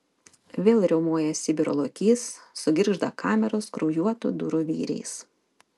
vėl riaumoja sibiro lokys sugirgžda kameros kraujuotų durų vyriais